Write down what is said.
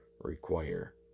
require